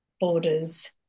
borders